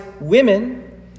women